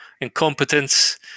incompetence